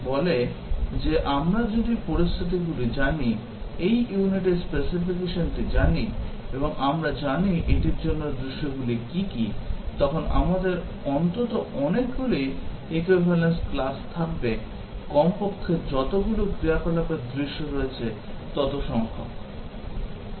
এটি বলে যে যদি আমরা পরিস্থিতিগুলি জানি এই ইউনিটের স্পেসিফিকেশনটি জানি এবং আমরা জানি এটির জন্য দৃশ্যগুলি কী কী তখন আমাদের অন্তত অনেকগুলি equivalence class থাকবে কমপক্ষে যতগুলো ক্রিয়া কলাপের দৃশ্য রয়েছে ততো সংখ্যক